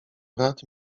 brat